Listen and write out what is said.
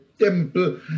temple